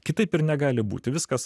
kitaip ir negali būti viskas